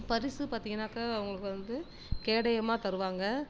பரிசு பார்த்தீங்கன்னாக்கா அவங்களுக்கு வந்து கேடயமாக தருவாங்க